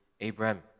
Abraham